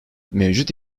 mevcut